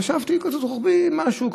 חשבתי שקיצוץ רוחבי זה משהו,